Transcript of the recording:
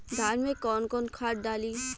धान में कौन कौनखाद डाली?